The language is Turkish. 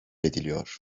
ediliyor